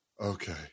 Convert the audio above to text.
okay